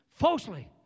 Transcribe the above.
Falsely